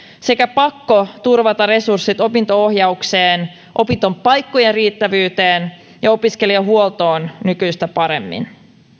sekä pakko turvata resurssit opinto ohjaukseen opintopaikkojen riittävyyteen ja opiskelijahuoltoon nykyistä paremmin